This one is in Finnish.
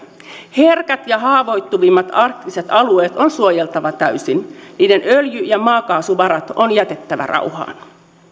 herkät ja haavoittuvimmat arktiset alueet on suojeltava täysin niiden öljy ja maakaasuvarat on jätettävä rauhaan